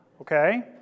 okay